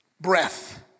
breath